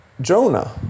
Jonah